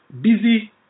busy